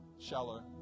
shallow